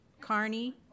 Carney